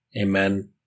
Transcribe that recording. Amen